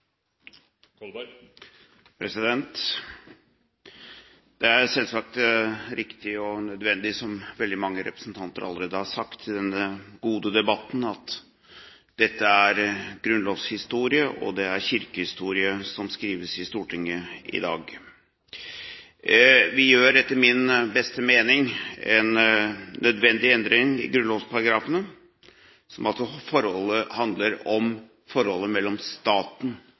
selvsagt riktig, som veldig mange representanter allerede har sagt i denne gode debatten, at det er grunnlovshistorie og kirkehistorie som skrives i Stortinget i dag. Vi gjør etter min mening en nødvendig endring i grunnlovsparagrafene som handler om forholdet mellom staten